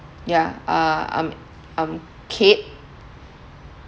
yeah uh I'm I'm kate